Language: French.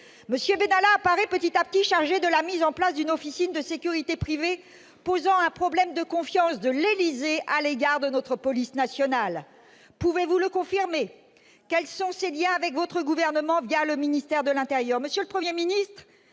M. Benalla était chargé de la mise en place d'une officine de sécurité privée, ce qui pose la question de la confiance de l'Élysée à l'égard de notre police nationale. Pouvez-vous le confirmer ? Quels sont ses liens avec votre gouvernement, le ministère de l'intérieur ?